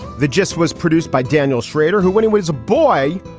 the gist was produced by daniel shrader, who when he was a boy,